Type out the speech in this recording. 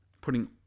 Putting